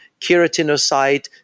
keratinocyte